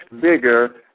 bigger